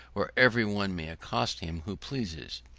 where every one may accost him who pleases.